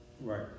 Right